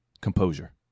composure